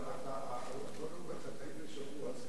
אבל את אותו נאום נתת לפני שבוע.